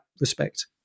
respect